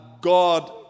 God